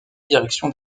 direction